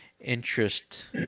interest